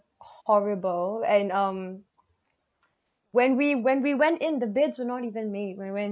horrible and um when we when we went in the beds were not even made when